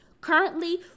Currently